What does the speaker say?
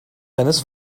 seines